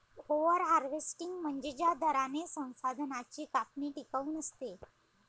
over harvesting म्हणजे ज्या दराने संसाधनांची कापणी टिकाऊ नसते